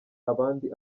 abandi